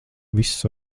viss